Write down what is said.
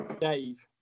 Dave